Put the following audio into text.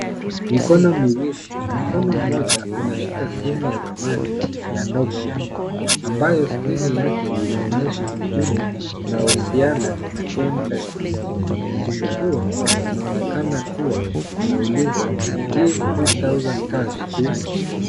Mikono miwili. mkono mmoja umeshika simu ya zamani ya Nokia ambayo skrini yake inaonyesha ujumbe unaohusiana na M-Pesa. Ujumbe huo unaonekana kuwa unauliza give two thousand cash to .